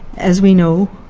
as we know,